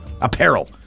apparel